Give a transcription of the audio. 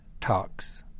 Talks